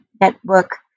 network